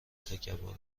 تکبر